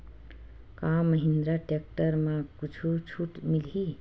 का महिंद्रा टेक्टर म कुछु छुट मिलही?